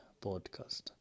podcast